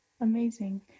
Amazing